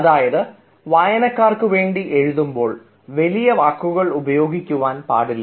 അതായത് വായനക്കാർക്കുവേണ്ടി എഴുതുമ്പോൾ വലിയ വാക്കുകൾ ഉപയോഗിക്കാൻ പാടില്ല